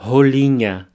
Rolinha